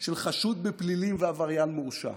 של חשוד בפלילים ועבריין מורשע.